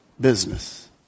business